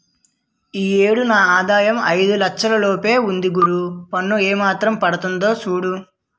ఈ ఏడు నా ఆదాయం ఐదు లచ్చల లోపే ఉంది గురూ పన్ను ఏమాత్రం పడతాదో సూడవా